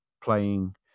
playing